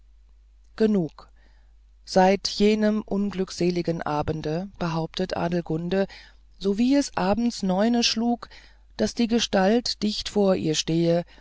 genug seit jenem unglückseligen abende behauptete adelgunde sowie es abends neune schlug daß die gestalt dicht vor ihr stehe